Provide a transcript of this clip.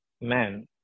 man